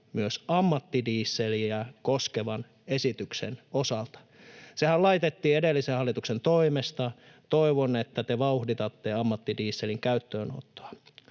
myös ammattidieseliä koskevan esityksen osalta. Sehän laitettiin edellisen hallituksen toimesta. Toivon, että te vauhditatte ammattidieselin käyttöönottoa.